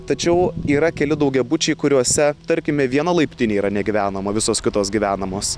tačiau yra keli daugiabučiai kuriuose tarkime viena laiptinė yra negyvenama visos kitos gyvenamos